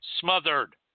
smothered